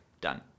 Done